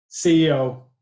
CEO